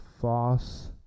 false